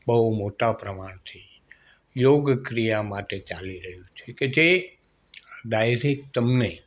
બહું મોટા પ્રમાણથી યોગ ક્રિયા માટે ચાલી રહ્યું છે કે જે ડાયરેક તમને